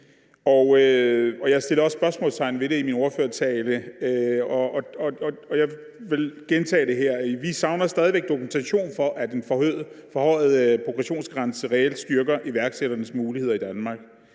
Jeg satte også spørgsmålstegn ved det i min ordførertale, og jeg vil gentage det her. Vi savner stadig væk dokumentation for, at en forhøjet progressionsgrænse reelt styrker iværksætternes muligheder i Danmark.